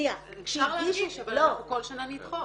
אפשר להגיש אבל אנחנו כל שנה נדחות.